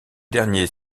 dernier